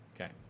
Okay